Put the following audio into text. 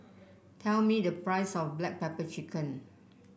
tell me the price of Black Pepper Chicken